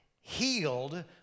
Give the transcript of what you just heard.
Healed